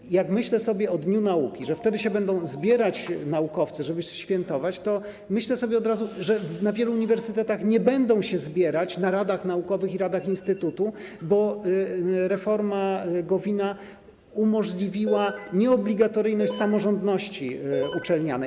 I jak myślę sobie o dniu nauki, o tym że wtedy się będą zbierać naukowcy, żeby świętować, to myślę sobie też od razu, że na wielu uniwersytetach nie będą się oni zbierać w radach naukowych i radach instytutu, bo reforma Gowina wprowadziła nieobligatoryjność samorządności uczelnianej.